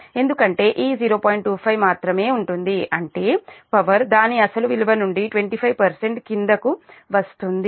25 మాత్రమే ఉంటుంది అంటే పవర్ దాని అసలు విలువ నుండి 25 క్రిందకి వస్తుంది